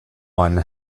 one